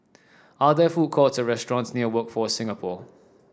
are there food courts or restaurants near Workforce Singapore